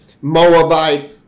Moabite